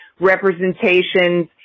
representations